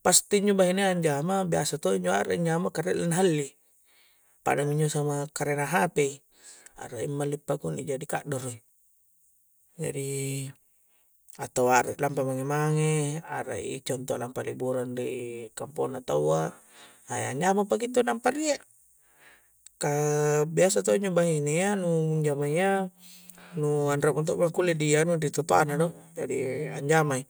pasti injo' bahine ya anjama' biasa to'i a' re'i anjama karena na helli' pada minjo' samang karena hape'i, a'rai malli' pakunni' jadi kaddoro'i jadi' atau a'ra'i lampa mange'-mange' a'ra'i contoh lampa' liburan ri' kampongna tawwa na nyamang paki' intu' nampa' rie' kah, biasa to' injo' bahine' ya nu anjama ya nu' anre' mo' to' a' kulle' di anu' di toto'a na do jadi anjama'i